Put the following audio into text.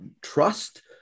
trust